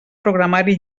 programari